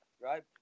right